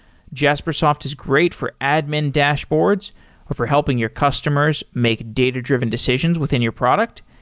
jaspersoft is great for admin dashboards or for helping your customers make data-driven decisions within your product,